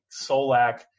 Solak